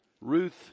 Ruth